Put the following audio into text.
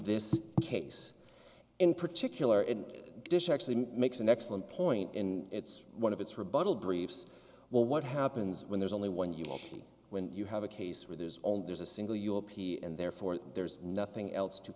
this case in particular in dish actually makes an excellent point in it's one of its rebuttal briefs well what happens when there's only one you will see when you have a case where there's only there's a single your p and therefore there's nothing else to